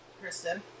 Kristen